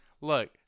Look